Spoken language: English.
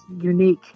unique